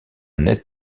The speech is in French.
net